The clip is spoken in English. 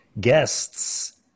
guests